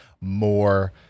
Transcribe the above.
more